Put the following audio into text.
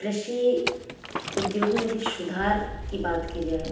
कृषि उद्योग में यदि सुधार की बात की जाए